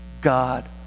God